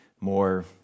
more